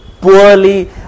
poorly